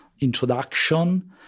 introduction